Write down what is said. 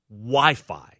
Wi-Fi